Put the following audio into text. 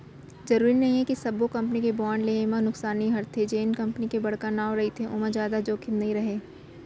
जरूरी नइये कि सब्बो कंपनी के बांड लेहे म नुकसानी हरेथे, जेन कंपनी के बड़का नांव रहिथे ओमा जादा जोखिम नइ राहय